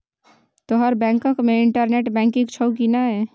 तोहर बैंक मे internet banking छौ कि नै